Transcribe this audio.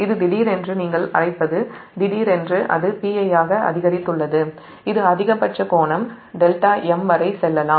இது திடீரென்று நீங்கள் அழைப்பது pi ஆக அதிகரித்துள்ளது இது அதிகபட்ச கோணம் δm வரை செல்லும்